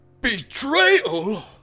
Betrayal